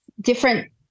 different